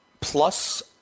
Plus